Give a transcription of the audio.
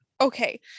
Okay